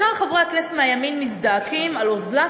ישר חברי הכנסת מהימין מזדעקים על אוזלת